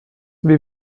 wie